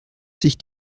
sich